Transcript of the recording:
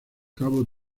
cabo